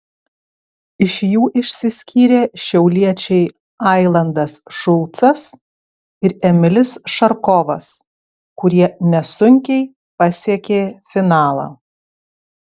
iš jų išsiskyrė šiauliečiai ailandas šulcas ir emilis šarkovas kurie nesunkiai pasiekė finalą